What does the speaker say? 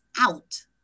out